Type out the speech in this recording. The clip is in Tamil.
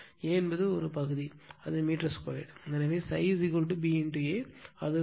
A என்பது ஒரு பகுதி அது மீட்டர் 2 எனவே ∅ பி ஏ அது வெபர்